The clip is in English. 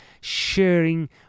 sharing